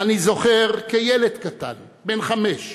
אני זוכר כילד קטן בן חמש,